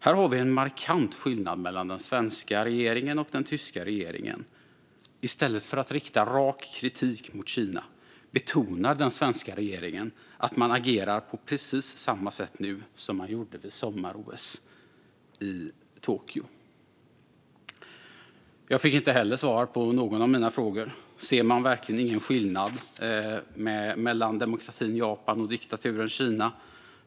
Här har vi en markant skillnad mellan den svenska regeringen och den tyska regeringen. I stället för att rikta rak kritik mot Kina betonar den svenska regeringen att man agerar på precis samma sätt nu som man gjorde vid sommar-OS i Tokyo. Jag fick inte heller svar på någon av mina frågor. Ser man verkligen ingen skillnad mellan demokratin Japan och diktaturen Kina?